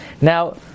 Now